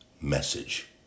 message